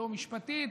לא משפטית,